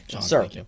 Sir